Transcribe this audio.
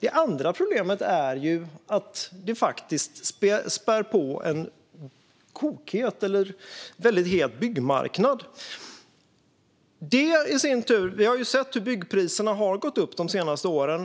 Ett annat problem är att det faktiskt spär på en kokhet eller väldigt het byggmarknad. Vi har sett hur byggpriserna har gått upp de senaste åren.